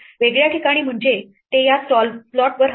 वेगळ्या ठिकाणी म्हणजे ते या स्लॉटवर हलवा